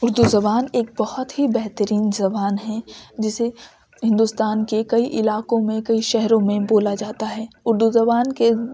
اردو زبان ایک بہت ہی بہترین زبان ہے جسے ہندوستان کے کئی علاقوں میں کئی شہروں میں بولا جاتا ہے اردو زبان کے